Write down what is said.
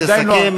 בבקשה,